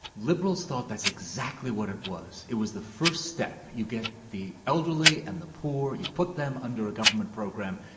liberals thought that's exactly what it was. it was the first step. you get the elderly and the poor, and you put them under a government program.